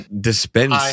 Dispense